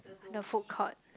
the food court